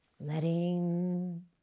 Letting